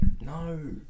No